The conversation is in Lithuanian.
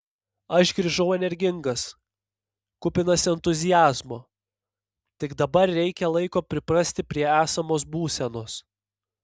aš grįžau energingas kupinas entuziazmo tik dabar reikia laiko priprasti prie esamos būsenos